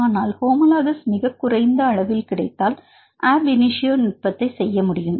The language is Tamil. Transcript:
ஆனால் ஹோமோலகஸ் மிகக் குறைந்த அளவில் கிடைத்தால் ab initio நுட்பத்தை செய்ய முடியும்